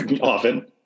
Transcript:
often